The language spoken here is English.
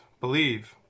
Believe